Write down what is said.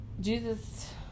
Jesus